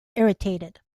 irritated